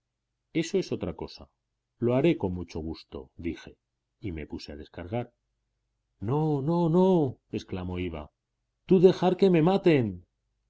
eso es otra cosa lo haré con mucho gusto dije y me puse a descargar no no no exclamó iwa tú dejar que me maten